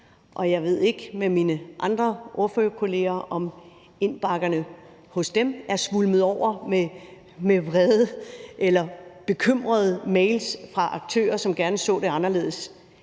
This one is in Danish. Jeg ved ikke med mine andre ordførerkolleger, om deres indbakker er svulmet over med vrede eller bekymrede mails fra aktører, som gerne så det anderledes,